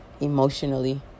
emotionally